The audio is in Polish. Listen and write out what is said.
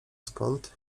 skąd